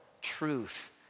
truth